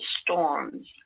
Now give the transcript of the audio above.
storms